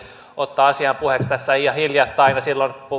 ottaa asian puheeksi tässä ihan hiljattain silloin